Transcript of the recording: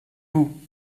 vous